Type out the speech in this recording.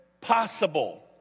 possible